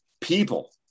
people